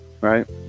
right